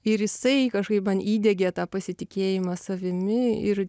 ir jisai kažkaip man įdiegė tą pasitikėjimą savimi ir